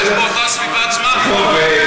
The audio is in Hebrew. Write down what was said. ------ באותה סביבת זמן --- עזוב,